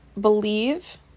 believe